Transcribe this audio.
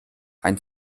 ein